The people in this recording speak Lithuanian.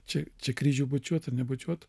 čia čia kryžių bučiuot ar nebučiuot